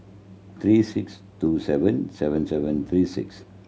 three six two seven seven seven three six